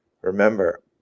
Remember